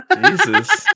Jesus